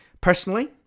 Personally